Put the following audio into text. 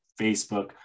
Facebook